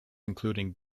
including